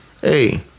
Hey